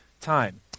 time